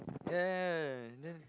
yeah yeah yeah yeah then